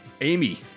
Amy